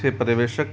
से परिवेशक